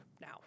now